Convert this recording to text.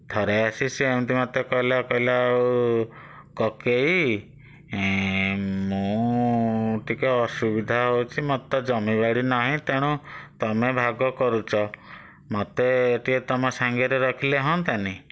ଥରେ ଆସି ସେ ଏମିତି ମୋତେ କହିଲା କହିଲା ଆଉ କକେଇ ମୁଁ ଟିକିଏ ଅସୁବିଧା ହେଉଛି ମୋର ତ ଜମିବାଡ଼ି ନାହିଁ ତେଣୁ ତୁମେ ଭାଗ କରୁଛ ମୋତେ ଟିକିଏ ତୁମ ସାଙ୍ଗରେ ରଖିଲେ ହୁଅନ୍ତାନି